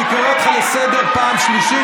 אני קורא אותך לסדר פעם שלישית,